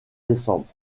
décembre